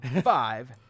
Five